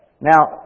Now